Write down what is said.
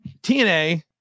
TNA